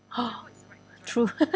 !huh! true